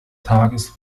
tages